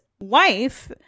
wife